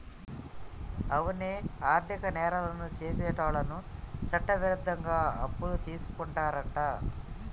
అవునే ఆర్థిక నేరాలను సెసేటోళ్ళను చట్టవిరుద్ధంగా అప్పులు తీసుకుంటారంట